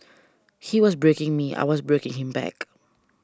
he was breaking me I was breaking him back